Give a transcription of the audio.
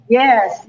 yes